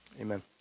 Amen